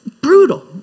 brutal